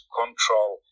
control